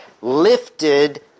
lifted